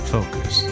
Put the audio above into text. Focus